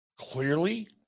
clearly